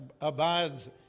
abides